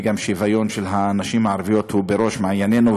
השוויון של הנשים הערביות הוא בראש מעיינינו,